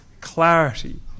clarity